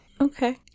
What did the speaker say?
Okay